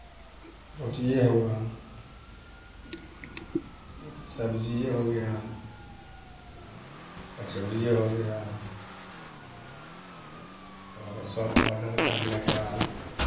रोटीए हुआ सब्ज़ीए हो गया कचौड़ीए हो गया ओ सब ऑर्डर करने के बाद